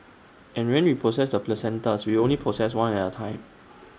and when we process the placentas we only process one at A time